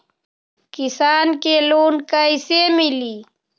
किसान के लोन कैसे मिली?